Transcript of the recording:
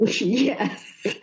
yes